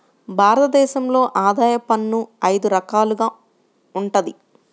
భారత దేశంలో ఆదాయ పన్ను అయిదు రకాలుగా వుంటది